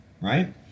right